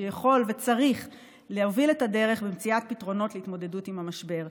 שיכול וצריך להוביל את הדרך במציאת פתרונות להתמודדות עם המשבר,